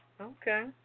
Okay